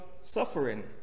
suffering